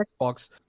Xbox